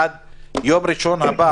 אהה,